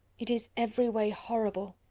it is every way horrible!